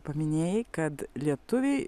paminėjai kad lietuviai